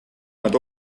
nad